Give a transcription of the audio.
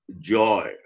joy